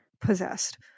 Possessed